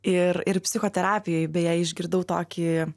ir ir psichoterapijoj beje išgirdau tokį